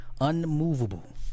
unmovable